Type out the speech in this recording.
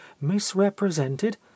misrepresented